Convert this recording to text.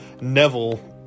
Neville